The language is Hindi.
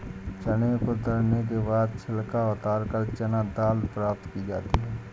चने को दरने के बाद छिलका उतारकर चना दाल प्राप्त की जाती है